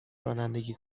رانندگی